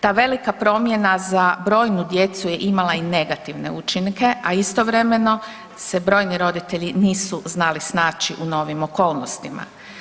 Ta velika promjena za brojnu djecu je imala i negativne učinke, a istovremeno se brojni roditelji nisu znali snaći u novim okolnostima.